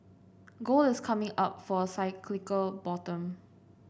gold is coming up for a cyclical bottom